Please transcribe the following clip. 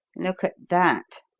look at that!